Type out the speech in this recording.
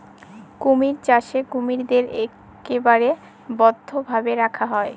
কুমির চাষে কুমিরদের একেবারে বদ্ধ ভাবে রাখা হয়